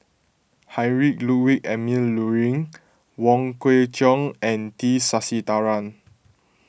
Heinrich Ludwig Emil Luering Wong Kwei Cheong and T Sasitharan